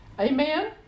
Amen